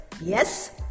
Yes